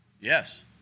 Yes